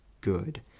good